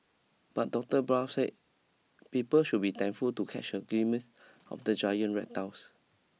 but Doctor Barr said people should be thankful to catch a glimpse of the giant reptiles